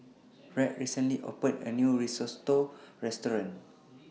Rhett recently opened A New Risotto Restaurant